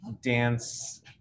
dance